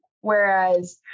Whereas